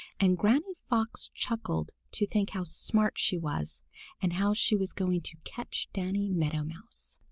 and granny fox chuckled to think how smart she was and how she was going to catch danny meadow mouse.